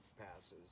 passes